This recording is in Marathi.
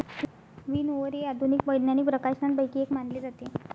विनओवर हे आधुनिक वैज्ञानिक प्रकाशनांपैकी एक मानले जाते